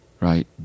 right